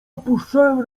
opuszczałem